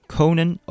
Conan